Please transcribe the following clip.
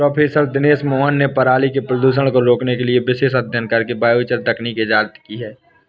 professor Dinesh Mohan ने पराली के प्रदूषण को रोकने के लिए विशेष अध्ययन करके बायोचार तकनीक इजाद की है